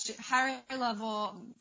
higher-level